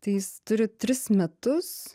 tai jis turi tris metus